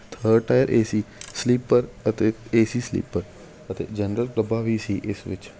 third tier A C sleeper ਅਤੇ A C sleeper ਅਤੇ general ਡੱਬਾ ਵੀ ਸੀ ਇਸ ਵਿੱਚ